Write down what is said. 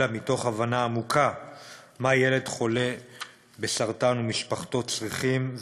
אלא מתוך הבנה עמוקה מה ילד חולה בסרטן ומשפחתו צריכים,